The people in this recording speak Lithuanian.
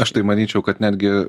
aš tai manyčiau kad netgi